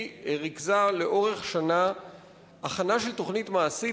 היא ריכזה לאורך שנה הכנה של תוכנית מעשית